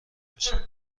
بشه